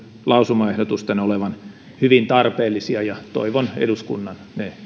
lausumaehdotusten olevan hyvin tarpeellisia ja toivon eduskunnan